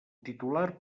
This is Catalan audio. titular